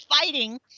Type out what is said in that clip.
fighting